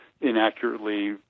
inaccurately